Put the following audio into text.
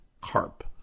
carp